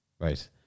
right